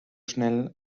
schnell